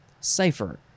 cipher